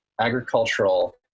agricultural